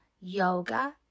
Yoga